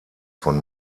von